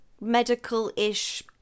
medical-ish